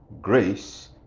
Grace